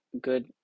good